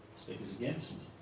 speakers against?